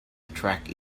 attract